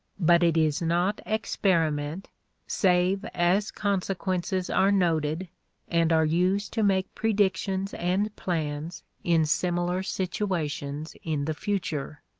but it is not experiment save as consequences are noted and are used to make predictions and plans in similar situations in the future.